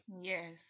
Yes